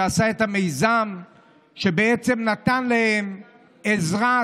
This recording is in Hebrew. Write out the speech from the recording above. ועשה את המיזם שנתן להם עזרה,